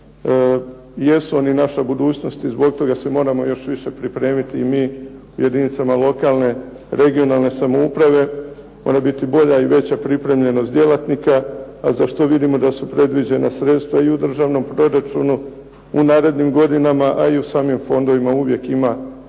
jer su oni naša budućnost i zbog toga se moramo još više pripremiti i mi u jedinicama lokalne i regionalne samouprave, mora biti bolja i veća pripremljenost djelatnika a za što vidimo da su predviđena sredstva i u državnom proračunu u narednim godinama a i u samim fondovima uvijek ima